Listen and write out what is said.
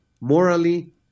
morally